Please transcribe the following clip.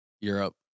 Europe